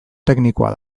teknikoa